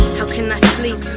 can i sleep?